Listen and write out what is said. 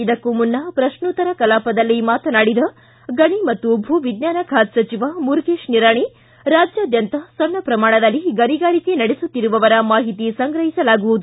ಇದಕ್ಕೂ ಮುನ್ನ ಪ್ರಶ್ನೋತ್ತರ ಕಲಾಪದಲ್ಲಿ ಮಾತನಾಡಿದ ಗಣಿ ಮತ್ತು ಭೂ ವಿಜ್ಞಾನ ಖಾತೆ ಸಚಿವ ಮುರುಗೇಶ ನಿರಾಣಿ ರಾಜ್ಯಾದ್ಯಂತ ಸಣ್ಣ ಪ್ರಮಾಣದಲ್ಲಿ ಗಣಿಗಾರಿಕೆ ನಡೆಸುತ್ತಿರುವವರ ಮಾಹಿತಿ ಸಂಗ್ರಹಿಸಲಾಗುವುದು